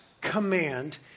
command